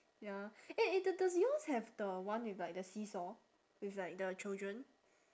ya eh eh d~ does yours have the one with like the seesaw with like the children